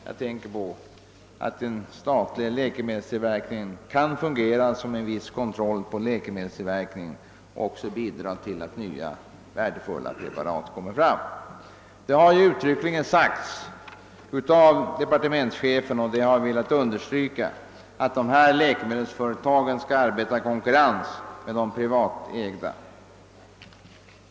Jag menar att den statliga läkemedelstillverkningen kan fungera som en viss kontroll och också bidra till att nya värdefulla preparat framställs. Departementschefen har uttryckligen framhållit, och det har jag velat understryka, att de statliga läkemedelsföretagen skall arbeta i konkurrens med de privatägda.